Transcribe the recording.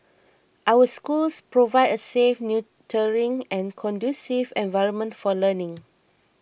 our schools provide a safe nurturing and conducive environment for learning